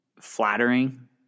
flattering